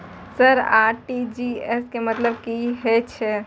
Sir RTGS के मतलब की हे छे?